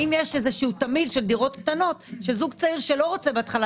האם יש איזשהו תמהיל של דירות קטנות שזוג צעיר שלא רוצה בהתחלה